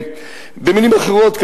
במלים אחרות,